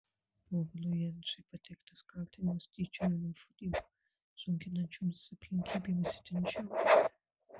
povilui jenciui pateiktas kaltinimas tyčiniu nužudymu sunkinančiomis aplinkybėmis itin žiauriai